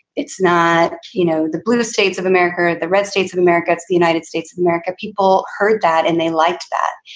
it's not you know the blue states of america, the red states of america, it's the united states of america. people heard that and they like that.